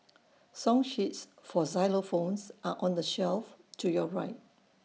song sheets for xylophones are on the shelf to your right